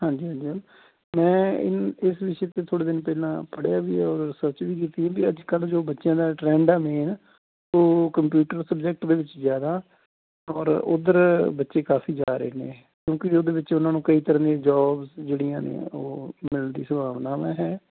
ਹਾਂਜੀ ਹਾਂਜੀ ਮੈਮ ਮੈਂ ਇ ਇਸ ਵਿਸ਼ੇ 'ਤੇ ਥੋੜ੍ਹੇ ਦਿਨ ਪਹਿਲਾਂ ਪੜ੍ਹਿਆ ਵੀ ਹੈ ਔਰ ਸੋਚਿਆ ਵੀ ਕਿਉਂਕਿ ਅੱਜ ਕੱਲ੍ਹ ਜੋ ਬੱਚਿਆਂ ਦਾ ਟਰੈਂਡ ਆ ਮੇਨ ਉਹ ਕੰਪਿਊਟਰ ਸਬਜੈਕਟ ਦੇ ਵਿੱਚ ਜ਼ਿਆਦਾ ਔਰ ਉੱਧਰ ਬੱਚੇ ਕਾਫੀ ਜਾ ਰਹੇ ਨੇ ਕਿਉਂਕਿ ਉਹਦੇ ਵਿੱਚ ਉਹਨਾਂ ਨੂੰ ਕਈ ਤਰ੍ਹਾਂ ਦੀਆਂ ਜੋਬਸ ਜਿਹੜੀਆਂ ਨੇ ਉਹ ਮਿਲਣ ਦੀ ਸੰਭਾਵਨਾਵਾਂ ਹੈ